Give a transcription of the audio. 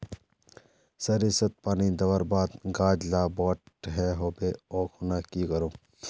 सरिसत पानी दवर बात गाज ला बोट है होबे ओ खुना की करूम?